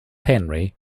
henry